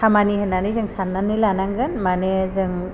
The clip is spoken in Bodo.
खामानि होन्नानै जों सान्नानै लानांगोन माने जों